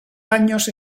daños